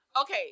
Okay